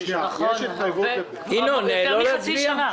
ינון, לא להצביע?